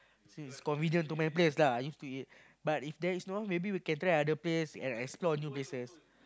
since it's convenient to my place lah I used to it but if there is no maybe we can try other place and explore new places